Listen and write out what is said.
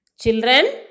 Children